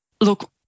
look